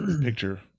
Picture